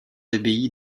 abbaye